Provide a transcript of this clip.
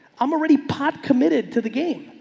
i'm already pop committed to the game.